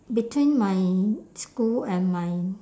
between my school and my